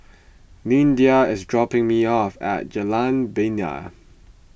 Lyndia is dropping me off at Jalan Bena